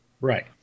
right